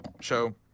show